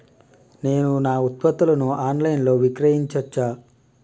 నేను నా ఉత్పత్తులను ఆన్ లైన్ లో విక్రయించచ్చా?